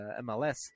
MLS